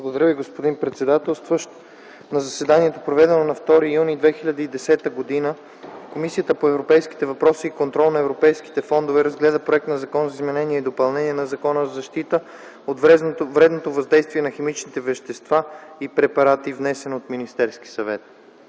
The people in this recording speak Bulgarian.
Благодаря Ви, господин председателстващ. „На заседанието, проведено на 2 юни 2010 г., Комисията по европейските въпроси и контрол на европейските фондове разгледа Проект на Закон за изменение и допълнение на Закона за защита от вредното въздействие на химичните вещества и препарати, внесен от Министерския съвет.